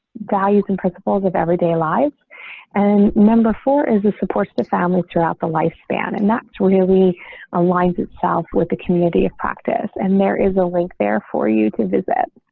values and principles of everyday lives and number four is the support the family throughout the lifespan. and that's really aligns itself with the community of practice and there is a link there for you to visit.